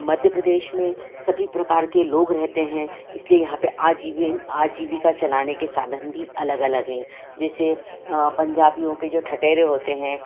मध्य प्रदेश में सभी प्रकार के लोग रहते हैं इसलिए यहाँ पर आजीवेन आजीविका चलाने के साधन भी अलग अलग हैं जैसे पंजाबियों के जो ठठेरे होते हैं